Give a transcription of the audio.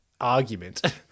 argument